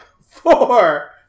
four